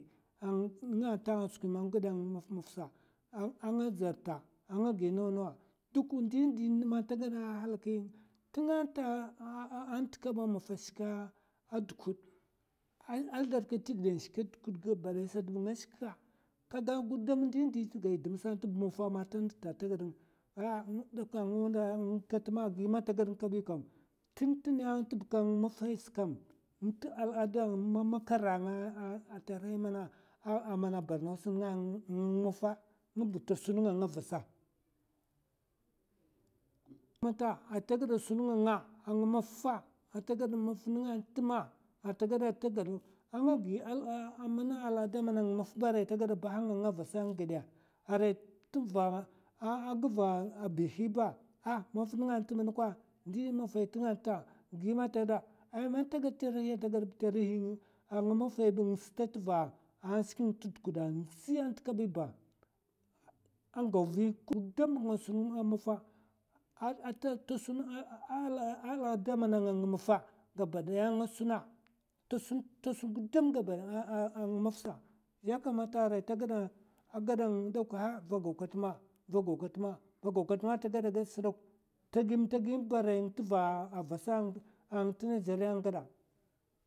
Nenga'a nta a skwi man nga geɓe maf maff sa, a nga jer nta a nga giya ndawa ndawa, ta gad nga ahalaki tenga anta a maffa ashke a dukud, a zlarka te gide ashke a dukud, gudam ndohi nte geidam se maffahi amman ta gaɓ nga kat ma, tun tuni nga al ada mana nga ko te borno nga ma makar, arai ta gaɓa a sun nga nga a nga maffa, man nga gada gi al ada mana nga anga maffa, arai teva a bihi ba aray ta sun nga, gime ata gada, nga maffa te dukud ashke nga andzi, ta sun al ada mana nga an. kapa angasa ta gaɓa nga ɓakwa va gau kat ma va gau katma tagi me tagime gabaɓaya a nga maf sa. vogau katma èx aray nga teva te nigeria anga gaɓa.